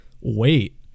wait